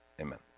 amen